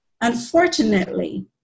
unfortunately